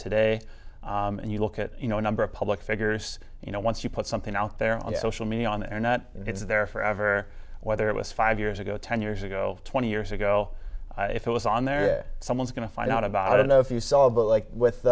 today and you look at you know a number of public figures you know once you put something out there on social media on the internet it's there forever whether it was five years ago ten years ago twenty years ago if it was on there someone's going to find out about i don't know if you saw but like with